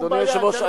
אדוני היושב-ראש,